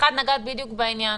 נגעת בדיוק בעניין,